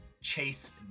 Chase